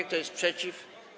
Kto jest przeciw?